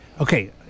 Okay